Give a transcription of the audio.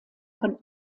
von